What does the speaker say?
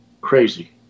Crazy